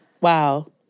Wow